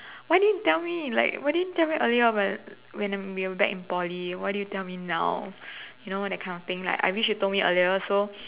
why didn't tell me like why didn't tell me earlier but when I'm we're back in Poly why do you tell me now you know that kind of thing like I wish you me earlier so